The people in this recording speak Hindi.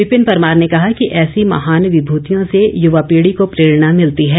विपिन परमार ने कहा कि ऐसी महान विभूतियों से युवा पीढ़ी को प्रेरणा मिलती है